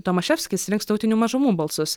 tomaševskis rinks tautinių mažumų balsus